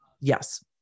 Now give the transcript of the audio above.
Yes